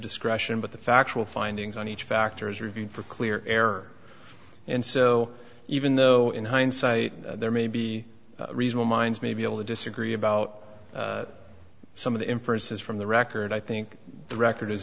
discretion but the factual findings on each factor is reviewed for clear error and so even though in hindsight there may be reasonable minds may be able to disagree about some of the inferences from the record i think the record is